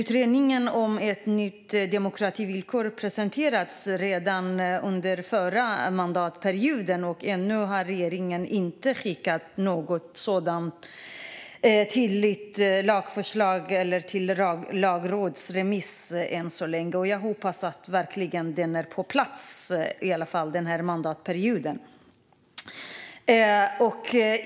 Utredningen om ett nytt demokrativillkor presenterades redan under förra mandatperioden, men ännu har regeringen inte skickat något lagförslag ut på lagrådsremiss. Jag hoppas verkligen att den kommer på plats den här mandatperioden.